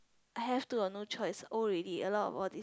I have to or no choice old already a lot of of this